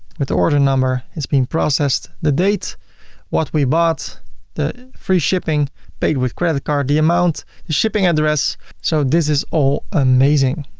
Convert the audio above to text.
with the order number, is being processed the date what we bought the free shipping paid with credit card the amount the shipping address so this is all amazing.